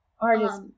Artists